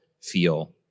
feel